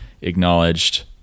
acknowledged